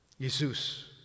Jesus